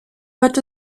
wird